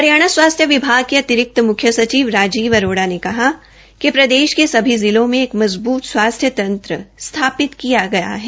हरियाणा स्वास्थ्य विभाग के अतिरिक्त मुख्य सचिव श्री राजीव अरोड़ा ने कहा कि प्रदेश के सभी जिलों में एक मजबूत स्वास्थ्य तंत्र स्थापित किया गया है